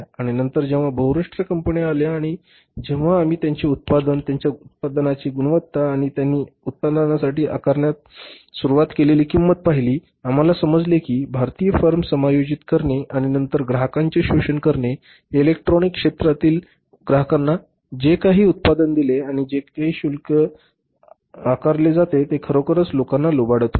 आणि नंतर जेव्हा बहुराष्ट्रीय कंपन्या आल्या आणि जेव्हा आम्ही त्यांचे उत्पादन त्यांच्या उत्पादनाची गुणवत्ता आणि त्यांनी उत्पादनासाठी आकारण्यास सुरुवात केलेली किंमत पाहिली आम्हाला समजले की भारतीय फर्म समायोजित करणे आणि नंतर ग्राहकांचे शोषण करणे इलेक्ट्रॉनिक उद्योगातील ग्राहकांना जे काही उत्पादन दिले आणि जे शुल्क आकारले जाते ते खरोखर लोकांना लुबाडत होते